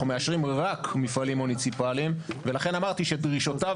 אנחנו מאשרים רק מפעלים מוניציפליים ולכן אמרתי שדרישותיו